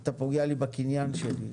אתה פוגע בקניין שלי.